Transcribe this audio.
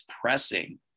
pressing